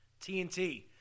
TNT